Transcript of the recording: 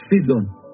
season